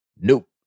Nope